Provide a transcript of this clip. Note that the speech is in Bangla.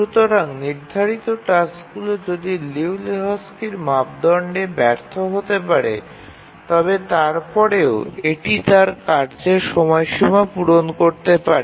সুতরাং নির্ধারিত টাস্কগুলি যদি লিউ লেহোকস্কির মাপদণ্ডে ব্যর্থ হয় তবে তারপরেও এটি তার কার্যের সময়সীমা পূরণ করতে পারে